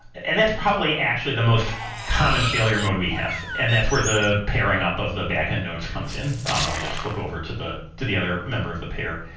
and that's probably actually the most common failure mode we have and that's where the pairing up of the backend nodes comes in um and we just flip over to the to the other member of the pair.